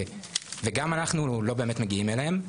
וגם אנחנו לא באמת מגיעים אליהם.